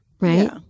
right